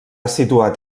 situat